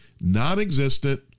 non-existent